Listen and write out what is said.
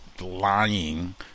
lying